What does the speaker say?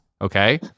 Okay